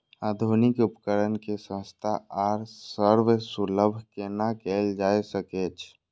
आधुनिक उपकण के सस्ता आर सर्वसुलभ केना कैयल जाए सकेछ?